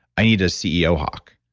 i need a ceo-hawk.